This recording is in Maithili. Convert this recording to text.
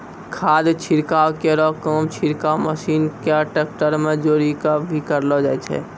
खाद छिड़काव केरो काम छिड़काव मसीन क ट्रेक्टर में जोरी कॅ भी करलो जाय छै